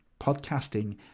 podcasting